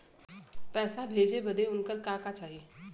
पैसा भेजे बदे उनकर का का चाही?